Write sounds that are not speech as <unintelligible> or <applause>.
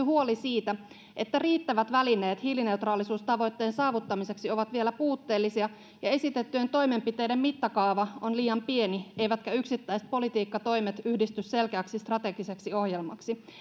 <unintelligible> huoli siitä että riittävät välineet hiilineutraalisuustavoitteen saavuttamiseksi ovat vielä puutteellisia ja esitettyjen toimenpiteiden mittakaava on liian pieni eivätkä yksittäiset politiikkatoimet yhdisty selkeäksi strategiseksi ohjelmaksi